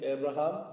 Abraham